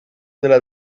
della